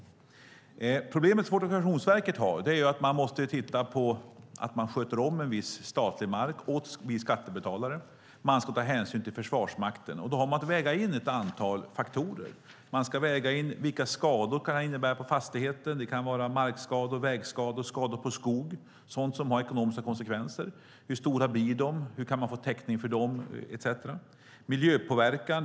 Det problem som Fortifikationsverket har är att man måste se till att sköta om en viss statlig mark åt oss skattebetalare. Man ska ta hänsyn till Försvarsmakten. Då har man att väga in ett antal faktorer. Man ska väga in vilka skador det kan innebära på fastigheter. Det kan vara markskador, väggskador, skador på skog, sådant som har ekonomiska konsekvenser. Hur stora blir skadorna? Hur kan man få täckning för dem, etcetera? Hur blir miljöpåverkan?